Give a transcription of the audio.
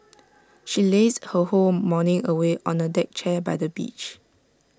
she lazed her whole morning away on A deck chair by the beach